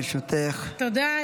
מוותרת,